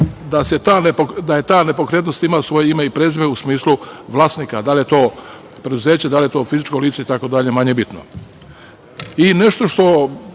da ta nepokretnost ima svoje ime i prezime u smislu vlasnika. Da li je to preduzeće, da li je to fizičko lice, manje je